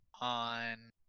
on